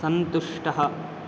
सन्तुष्टः